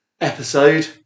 Episode